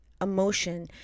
emotion